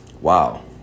wow